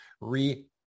re